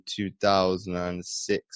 2006